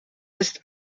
ist